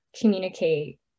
communicate